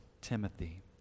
Timothy